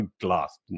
glass